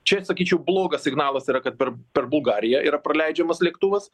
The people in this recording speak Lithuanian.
čia sakyčiau blogas signalas yra kad per per bulgariją yra praleidžiamas lėktuvas